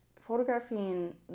photographing